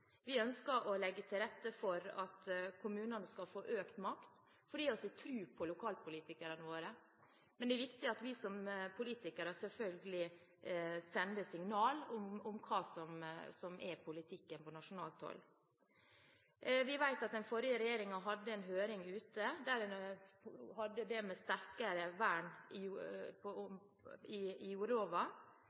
Vi ønsker å legge til rette for at kommunene skal få økt makt, fordi vi har tro på lokalpolitikerne våre. Men det er viktig at vi som politikere selvfølgelig sender signaler om hva som er politikken på nasjonalt hold. Vi vet at den forrige regjeringen hadde en høring ute som hadde å gjøre med sterkere vern i